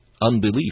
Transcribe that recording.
unbelief